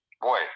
Boy